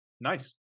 nice